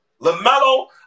LaMelo